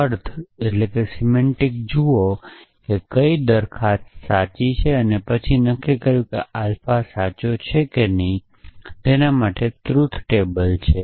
અથવા અર્થ જુઓ કે કઈ પ્રોપોજીશન સાચી છે અને પછી નક્કી કર્યું કે આલ્ફા સાચો છે કે નહીં તે ટ્રુથ ટેબલ જેવુ જ છે